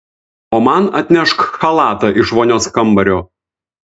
o man atnešk chalatą iš vonios kambario